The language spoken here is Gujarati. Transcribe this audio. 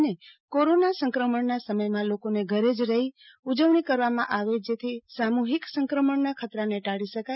અને કોરોના સંક્રમણના સમયમાં લોકોને ઘરે જ રહી ઉજવણી કરવામાં આવે જેથી સામુહિક સંક્રમણના ખતરાને ટાળી શકાય